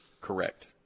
Correct